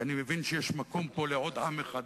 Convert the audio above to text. כי אני מבין שיש מקום פה לעוד עם אחד,